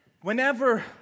whenever